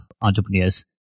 entrepreneurs